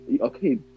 Okay